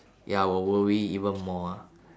ya will worry even more ah